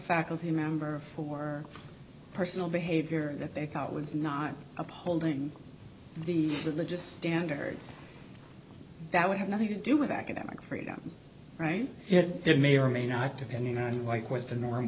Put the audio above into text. faculty member for personal behavior that they thought was not upholding the religious standards that would have nothing to do with academic freedom right it may or may not depending on white w